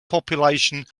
population